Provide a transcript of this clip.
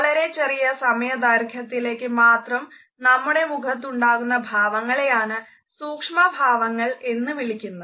വളരെ ചെറിയ സമയദൈർഖ്യത്തിലേക്ക് മാത്രം നമ്മുടെ മുഖത്തുണ്ടാകുന്ന ഭാവങ്ങളെയാണ് സൂക്ഷ്മ ഭാവങ്ങൾ എന്ന് വിളിക്കുന്നത്